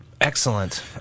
Excellent